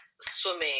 swimming